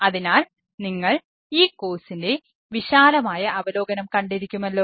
അതിനാൽ നിങ്ങൾ ഈ കോഴ്സിന്റെ വിശാലമായ അവലോകനം കണ്ടിരിക്കുമല്ലോ